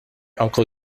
uncle